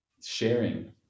sharing